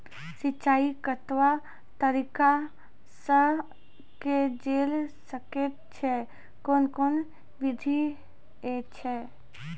सिंचाई कतवा तरीका सअ के जेल सकैत छी, कून कून विधि ऐछि?